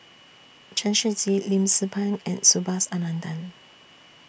Chen Shiji Lim Tze Peng and Subhas Anandan